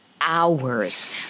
hours